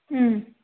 ಹ್ಞೂ